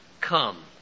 come